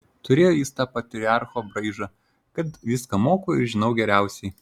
turėjo jis tą patriarcho braižą kad viską moku ir žinau geriausiai